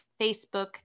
facebook